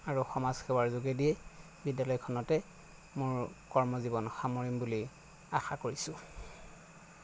আৰু সমাজসেৱাৰ যোগেদিয়েই বিদ্যালয়খনতে মোৰ কৰ্ম জীৱন সামৰিম বুলি আশা কৰিছোঁ